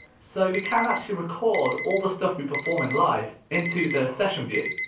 so we can actually record all the stuff we perform in live into the session view.